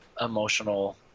emotional